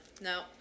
No